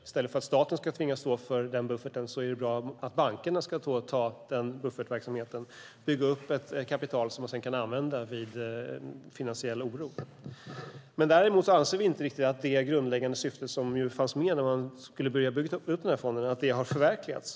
I stället för att staten ska tvingas stå för den bufferten är det bra att bankerna får ta buffertverksamheten och bygga upp ett kapital som man kan använda vid finansiell oro. Däremot anser vi inte att det grundläggande syfte som fanns med när man började bygga upp fonden har förverkligats.